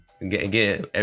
again